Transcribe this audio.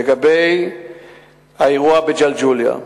לגבי האירוע בג'לג'וליה,